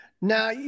Now